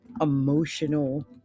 emotional